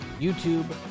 YouTube